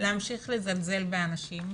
להמשיך לזלזל באנשים.